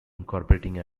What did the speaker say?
incorporating